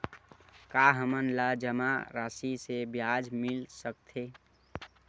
का हमन ला जमा राशि से ब्याज मिल सकथे?